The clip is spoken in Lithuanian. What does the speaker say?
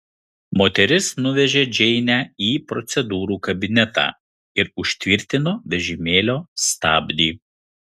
moteris nuvežė džeinę į procedūrų kabinetą ir užtvirtino vežimėlio stabdį